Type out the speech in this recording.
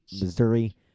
Missouri